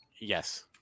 Yes